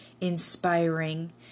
inspiring